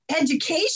education